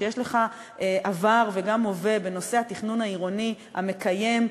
שיש לך גם עבר וגם הווה בנושא התכנון העירוני המקיים,